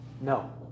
No